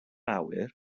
awyr